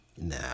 Nah